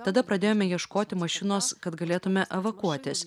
tada pradėjome ieškoti mašinos kad galėtume evakuotis